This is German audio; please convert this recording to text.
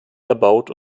erbaut